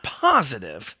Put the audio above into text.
positive